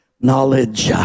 Knowledge